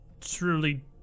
truly